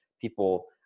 people